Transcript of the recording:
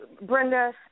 Brenda